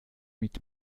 mit